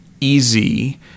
easy